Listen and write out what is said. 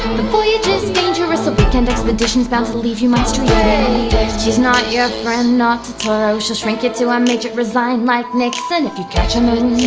the voyage is dangerous, a weekend expedition's bound to leave you mindstreating she's not your friend, not totoro she'll shrink you to a midget, resigned like nixon if you catch her maroon eye,